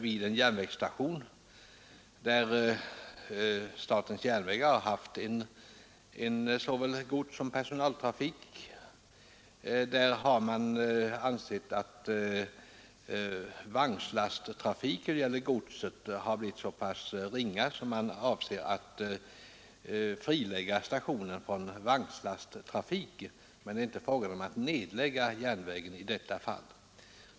Vid en järnvägsstation där statens järnvägar har haft såväl godssom persontrafik har SJ ansett att godsmängden har blivit så ringa att man ämnar upphöra med vagnslasttrafik, men det är inte fråga om att nedlägga järnvägen i detta fall.